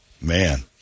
Man